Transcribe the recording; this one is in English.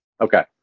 Okay